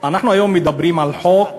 אנחנו היום מדברים על חוק